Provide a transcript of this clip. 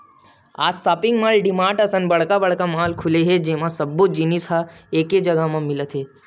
आज shopping mall, DMart असन बड़का बड़का मॉल खुले हे जेमा सब्बो जिनिस ह एके जघा म मिलत हे